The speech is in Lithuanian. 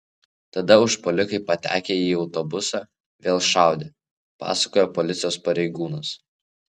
tada užpuolikai patekę į autobusą vėl šaudė pasakojo policijos pareigūnas